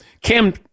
Cam